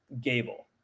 Gable